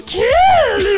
kill